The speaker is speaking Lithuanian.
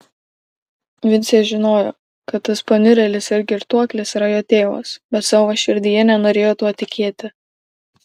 vincė žinojo kad tas paniurėlis ir girtuoklis yra jo tėvas bet savo širdyje nenorėjo tuo tikėti